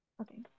Okay